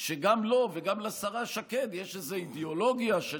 שגם לו וגם לשרה שקד יש איזו אידיאולוגיה של